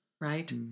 right